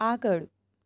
આગળ